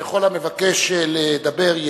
וכל המבקש לדבר,